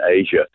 Asia